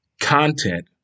content